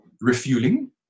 refueling